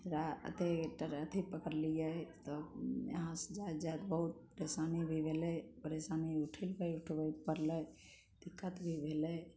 अथी अथी पकड़लियै यहाँ से जाएत जाएत बहुत परेशानी भी भेलै परेशानी उठबैके पड़लै दिक्कत भी भेलै